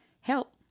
help